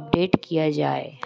update किया जाए